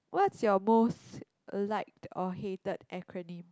what's your most liked or hated acronym